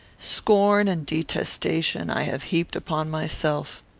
scorn and detestation i have heaped upon myself.